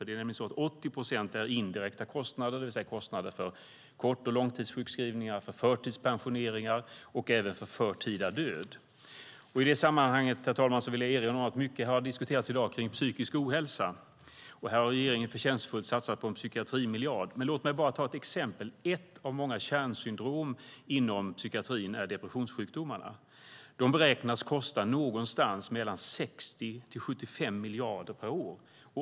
Det är nämligen så att 80 procent är indirekta kostnader, det vill säga kostnader för kort och långtidssjukskrivningar, för förtidspensioneringar och även för förtida död. I det sammanhanget, herr talman, vill jag erinra om att det i dag har diskuterats mycket kring psykisk ohälsa. Här har regeringen förtjänstfullt satsat på en psykiatrimiljard. Men låt mig bara ta ett exempel. Ett av många kärnsyndrom inom psykiatrin är depressionssjukdomarna. De beräknas kosta mellan 60 och 75 miljarder per år.